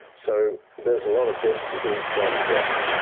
so there's a lot of deaths, disease, crime and corruption.